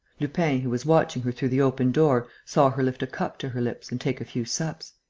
lupin, who was watching her through the open door, saw her lift a cup to her lips and take a few sups.